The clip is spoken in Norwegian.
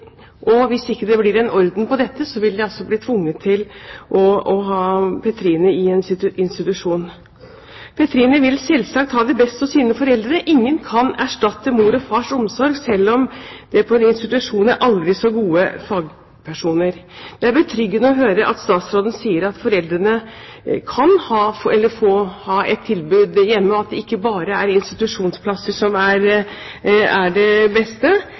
ingenting. Hvis det ikke blir orden på dette, vil de altså bli tvunget til å ha Petrine i institusjon. Petrine vil selvsagt ha det best hos sine foreldre. Ingen kan erstatte mor og fars omsorg, selv om det på en institusjon er aldri så gode fagpersoner. Det er betryggende å høre at statsråden sier at foreldrene kan få et tilbud gjennom at det ikke bare er institusjonsplasser som er det beste,